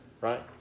right